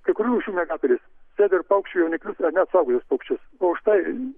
kai kurių rūšių miegapelės suėda ir paukščių jauniklius ar net suaugusius paukščius o štai